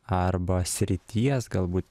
arba srities galbūt